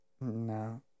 no